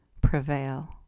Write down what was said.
prevail